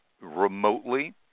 remotely